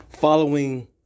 Following